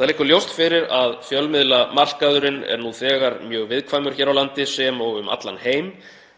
Það liggur ljóst fyrir að fjölmiðlamarkaðurinn er nú þegar mjög viðkvæmur hér á landi sem og um allan heim.